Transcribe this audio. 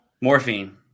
morphine